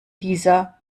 dieser